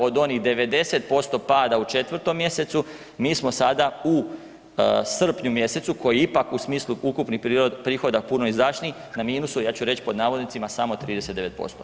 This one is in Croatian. Od onih 90% pada u 4. mjesecu mi smo sada u srpnju mjesecu koji je ipak u smislu ukupnih prihoda puno izdašniji na minusu ja ću reći pod navodnicima samo 39%